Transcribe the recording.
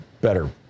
better